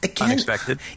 unexpected